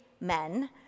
men